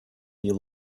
you